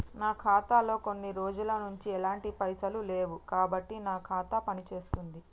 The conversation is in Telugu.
నా ఖాతా లో కొన్ని రోజుల నుంచి ఎలాంటి పైసలు లేవు కాబట్టి నా ఖాతా పని చేస్తుందా?